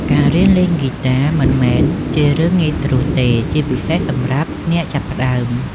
ការរៀនលេងហ្គីតាមិនមែនជារឿងងាយស្រួលទេ ជាពិសេសសម្រាប់អ្នកចាប់ផ្តើម។